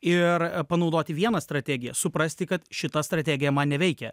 ir panaudoti vieną strategiją suprasti kad šita strategija man neveikia